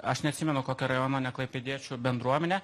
aš neatsimenu kokio rajono ne klaipėdiečių bendruomenė